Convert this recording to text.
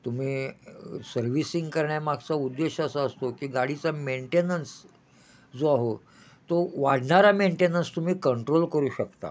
तुम्ही सर्व्हिसिंग करण्यामागचा उद्देश असा असतो की गाडीचा मेंटेनन्स जो आहे तो वाढणारा मेंटेनन्स तुम्ही कंट्रोल करू शकता